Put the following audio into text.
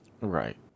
Right